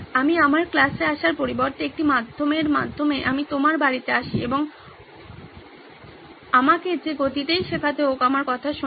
আপনি আমার ক্লাসে আসার পরিবর্তে একটি মাধ্যমের মাধ্যমে আমি আপনার বাড়িতে আসি এবং আমাকে যে গতিতেই শেখাতে হোক আমার কথা শুনুন